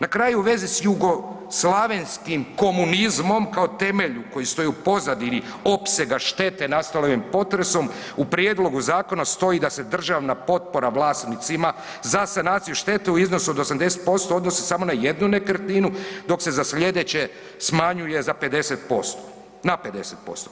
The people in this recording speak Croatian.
Na kraju u vezi s jugoslavenskim komunizmom kao temelju koji stoji u pozadini opsega štete nastale ovim potresom u prijedlogu zakona stoji da se državna potpora vlasnicima za sanaciju štete u iznosu od 80% odnosi samo na jednu nekretninu dok se za slijedeće smanjuje za 50%, na 50%